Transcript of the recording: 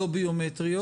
זהות לא ביומטריות.